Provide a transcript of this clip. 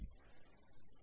വിദ്യാർത്ഥി അതെ